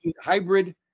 hybrid